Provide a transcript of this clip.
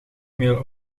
mail